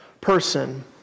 person